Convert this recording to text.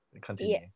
Continue